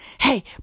Hey